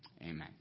amen